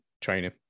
training